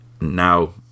now